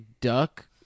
duck